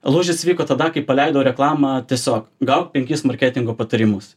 lūžis įvyko tada kai paleidau reklamą tiesiog gauk penkis marketingo patarimus